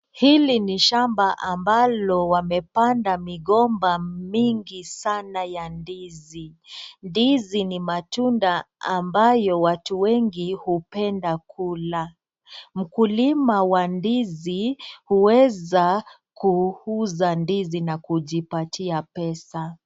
Hili ni shama ambalo wamepanda migomba mingi sana ya ndizi. Ndizi ni matunda ambayo watu wengi upenda kula. Ukulima wa ndizi uweza kuuza ndizi na kujipatia pesa.